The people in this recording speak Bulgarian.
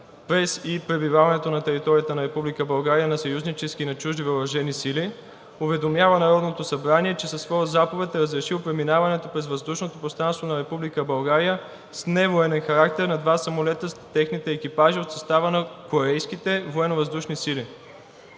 през и пребиваването на територията на Република България на съюзнически и на чужди въоръжени сили уведомява Народното събрание, че със своя заповед е разрешил преминаването през въздушното пространство на Република България с невоенен характер на два самолета с техните екипажи от състава на Корейските военновъздушни сили.